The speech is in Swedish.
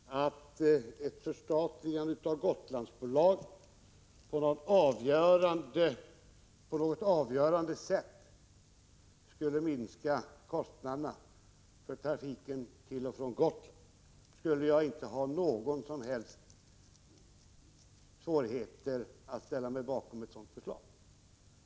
Herr talman! Om jag trodde att ett förstatligande av Gotlandsbolaget på något avgörande sätt skulle minska kostnaderna för trafiken till och från Gotland, skulle jag inte ha några som helst svårigheter att ställa mig bakom ett sådant beslut.